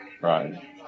Right